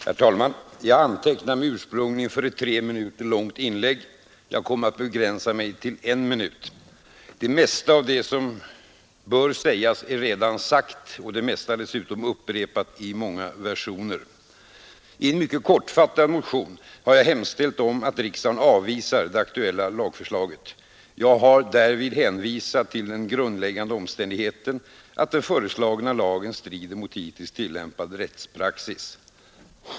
Herr talman! Jag antecknade mig ursprungligen för ett tre minuter långt inlägg. Jag kommer att begränsa mig till en minut. Det mesta av det som bör sägas är redan sagt — det mesta dessutom redan upprepat i många versioner. I en mycket kortfattad motion har jag hemställt att riksdagen skall avvisa det aktuella lagförslaget. Jag har därvid hänvisat till den grundläggande omständigheten att den föreslagna lagen strider mot hittills tillämpad rättspraxis.